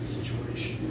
situation